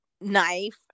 knife